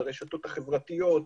ברשתות החברתיות,